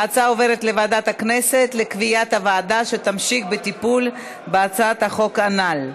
ההצעה עוברת לוועדת הכנסת לקביעת הוועדה שתמשיך בטיפול בהצעת החוק הנ"ל.